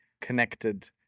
connected